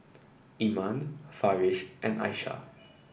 Iman Farish and Aishah